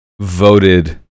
Voted